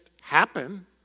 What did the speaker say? happen